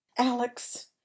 alex